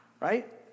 right